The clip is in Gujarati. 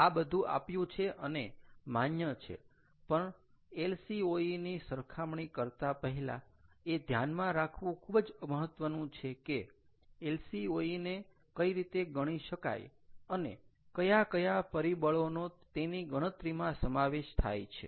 આ બધું આપ્યું છે અને માન્ય છે પણ LCOE ની સરખામણી કરતા પહેલા એ ધ્યાનમાં રાખવું ખૂબ જ મહત્વનું છે કે LCOE ને કઈ રીતે ગણી શકાય અને કયા કયા પરિબળોનો તેની ગણતરીમાં સમાવેશ થાય છે